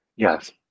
Yes